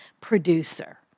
producer